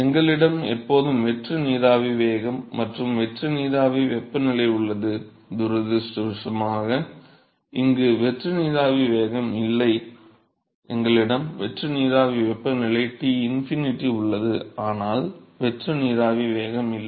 எங்களிடம் எப்போதும் வெற்று நீராவி வேகம் மற்றும் வெற்று நீராவி வெப்பநிலை உள்ளது துரதிர்ஷ்டவசமாக இங்கு வெற்று நீராவி வேகம் இல்லை எங்களிடம் வெற்று நீராவி வெப்பநிலை T∞ உள்ளது ஆனால் வெற்று நீராவி வேகம் இல்லை